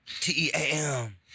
T-E-A-M